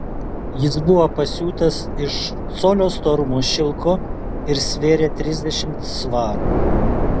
jis buvo pasiūtas iš colio storumo šilko ir svėrė trisdešimt svarų